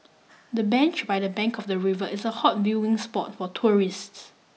the bench by the bank of the river is a hot viewing spot for tourists